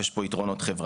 יש פה יתרונות חברתיים,